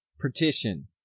partition